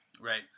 Right